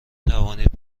توانید